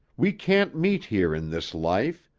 we can't meet here in this life.